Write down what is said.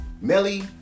Melly